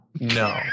No